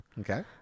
Okay